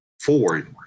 four